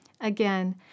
Again